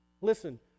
Listen